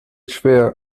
schwer